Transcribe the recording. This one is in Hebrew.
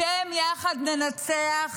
בשם "יחד ננצח"